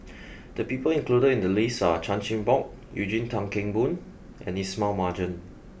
the people included in the list are Chan Chin Bock Eugene Tan Kheng Boon and Ismail Marjan